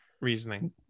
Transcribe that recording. reasoning